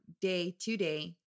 day-to-day